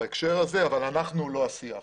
בהקשר הזה אבל אנחנו לא השיח.